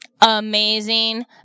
amazing